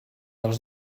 els